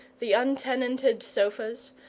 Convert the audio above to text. the untenanted sofas,